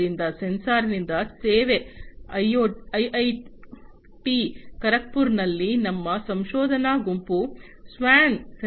ಆದ್ದರಿಂದ ಸೆನ್ಸಾರ್ನಿಂದ ಸೇವೆ ಐಐಟಿ ಖರಗ್ಪುರದಲ್ಲಿ ನಮ್ಮ ಸಂಶೋಧನಾ ಗುಂಪು ಸ್ವಾನ್